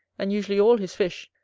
and usually all his fish,